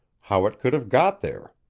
how it could have got there.